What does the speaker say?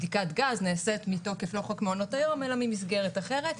בדיקת גז לא נעשית מתוקף חוק מעונות היום אלא ממסגרת אחרת.